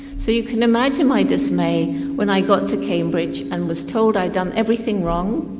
so you can imagine my dismay when i got to cambridge and was told i'd done everything wrong,